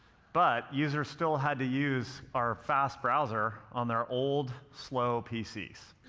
but users still had to use our fast browser on their old, slow pcs.